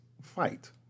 fight